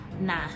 nah